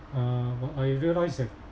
uh but I realise that